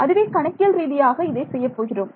அதுவே கணக்கியல் ரீதியாக இதை செய்யப்போகிறோம்